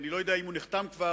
אני לא יודע אם הוא נחתם כבר.